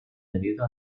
debido